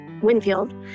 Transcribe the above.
Winfield